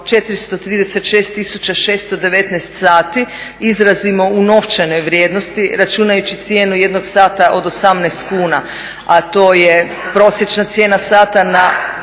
436619 sati izrazimo u novčanoj vrijednosti računajući cijenu jednog sata od 18 kuna, a to je prosječna cijena sata na